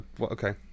okay